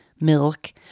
milk